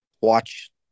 watch